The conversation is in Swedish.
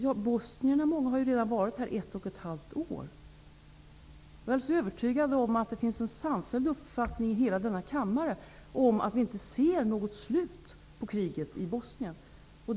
Bosnierna har redan varit här ett och ett halvt år. Jag är alldeles övertygad om att det finns en samfälld uppfattning i denna kammare om att vi inte ser något slut på kriget i Bosnien.